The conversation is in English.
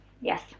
yes